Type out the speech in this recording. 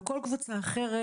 או כל קבוצה אחרת,